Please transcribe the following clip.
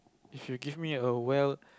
if you give me a well